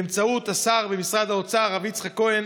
באמצעות השר במשרד האוצר הרב יצחק כהן,